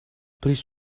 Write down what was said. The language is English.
please